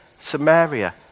Samaria